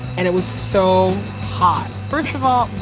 and it was so hot. first of all,